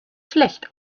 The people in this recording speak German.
schlecht